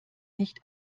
nicht